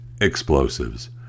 explosives